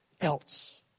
else